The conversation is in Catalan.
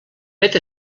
vet